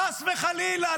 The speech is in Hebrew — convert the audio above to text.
חס וחלילה,